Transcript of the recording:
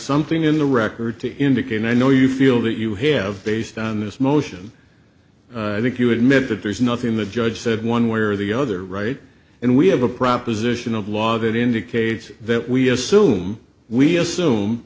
something in the record to indicate i know you feel that you have based on this motion i think you admit that there is nothing the judge said one way or the other right and we have a proposition of law that indicates that we assume we assume